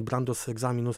brandos egzaminus